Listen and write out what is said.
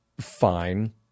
fine